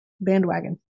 bandwagon